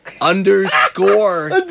Underscore